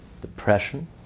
depression